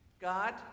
God